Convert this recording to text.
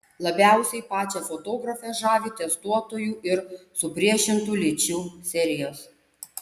labiausiai pačią fotografę žavi testuotojų ir supriešintų lyčių serijos